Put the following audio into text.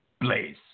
Blaze